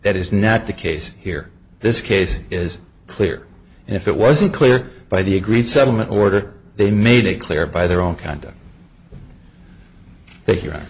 that is not the case here this case is clear and if it wasn't clear by the agreed settlement order they made it clear by their own conduct that you're